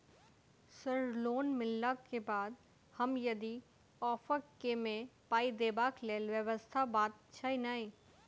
Sir loan मिलला केँ बाद हम यदि ऑफक केँ मे पाई देबाक लैल व्यवस्था बात छैय नै?